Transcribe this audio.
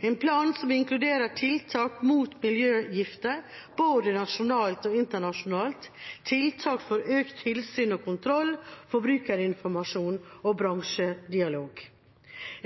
en plan som inkluderer «tiltak mot miljøgifter både nasjonalt og internasjonalt, tiltak for økt tilsyn og kontroll, forbrukerinformasjon og bransjedialog».